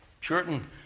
Puritan